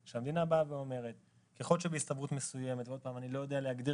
הוא שהמדינה באה ואומרת שבהסתברות מסוימת שאני לא יודע להגדיר